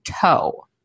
toe